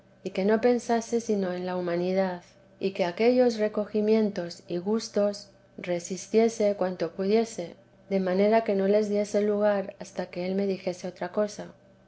y que no pensase sino en la humanidad y que aquellos recogimientos y gustos resistiese cuanto pudiese de manera que no les diese lugar hasta que él me dijese otra cosa